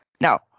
Now